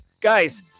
Guys